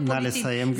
נא לסיים, גברתי.